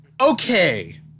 Okay